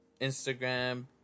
instagram